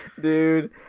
dude